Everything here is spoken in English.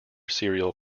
cereal